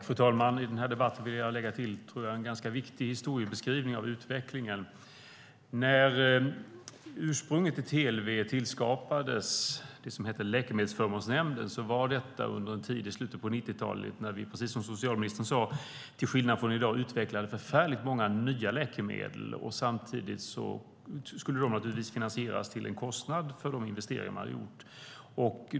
Fru talman! Jag vill i denna debatt lägga till en ganska viktig historiebeskrivning av utvecklingen. När ursprunget till TLV tillskapades, det som hette Läkemedelsförmånsnämnden, var detta under en tid i slutet av 90-talet då vi, precis som socialministern sade, till skillnad från i dag utvecklade många nya läkemedel. Samtidigt skulle naturligtvis kostnaderna för dessa investeringar finansieras.